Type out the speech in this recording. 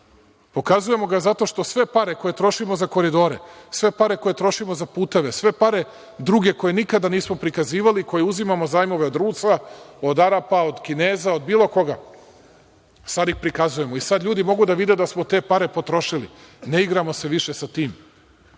Pokazujemo ga zato što sve pare koje trošimo za koridore, sve pare koje trošimo za puteve, sve pare druge koje nikada nismo prikazivali, koje uzimamo kao zajmove od Rusa, Arapa, Kineza, bilo koga, sada ih prikazujemo i sada ljudi mogu da vide da smo te pare potrošili. Ne igramo se više sa tim. Iako